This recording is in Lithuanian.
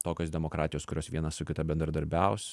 tokios demokratijos kurios viena su kita bendradarbiaus